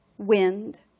Wind